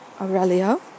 Aurelio